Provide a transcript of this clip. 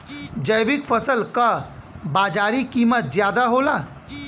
जैविक फसल क बाजारी कीमत ज्यादा होला